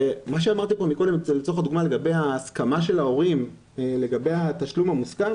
מה שאמרתם פה קודם לגבי ההסכמה של ההורים בעניין התשלום המוסכם